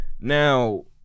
Now